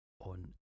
on